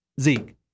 Zeke